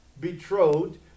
Betrothed